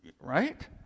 right